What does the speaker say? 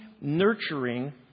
nurturing